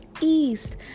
East